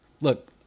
look